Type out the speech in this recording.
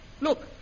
Look